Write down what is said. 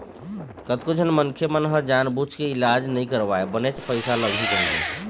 कतको झन मनखे मन ह जानबूझ के इलाज नइ करवाय बनेच पइसा लगही कहिके